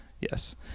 Yes